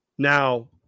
Now